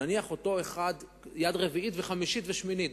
נניח שאותו אחד יד רביעית, חמישית ושמינית.